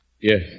Yes